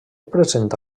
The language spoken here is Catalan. presenta